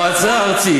המועצה הארצית,